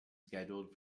scheduled